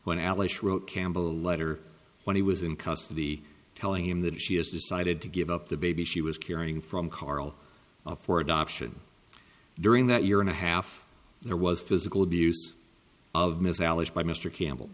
wrote campbell a letter when he was in custody telling him that she has decided to give up the baby she was carrying from carl for adoption during that year and a half there was physical abuse of miss alice by mr campbell